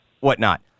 whatnot